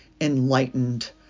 enlightened